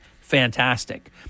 fantastic